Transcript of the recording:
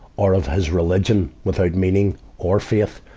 or of his religion without meaning or faith.